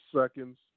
seconds